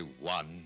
one